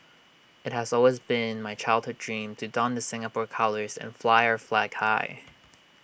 IT has always been my childhood dream to don the Singapore colours and fly our flag high